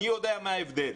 אני יודע מה ההבדל.